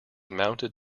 mounted